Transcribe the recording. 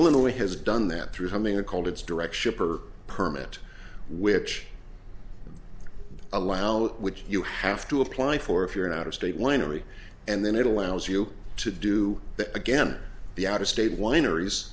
illinois has done that through something called its direct shipper permit which allow which you have to apply for if you're an out of state winery and then it allows you to do that again the out of state wineries